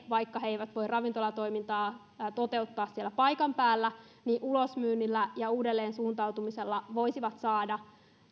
vaikka he eivät voi ravintolatoimintaa toteuttaa siellä paikan päällä niin ulosmyynnillä ja uudelleen suuntautumisella he voisivat saada